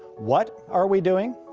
what are we doing?